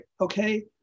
Okay